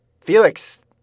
Felix